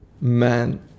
Man